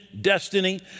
destiny